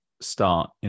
start